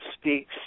speaks